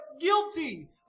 guilty